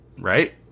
right